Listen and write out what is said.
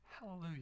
Hallelujah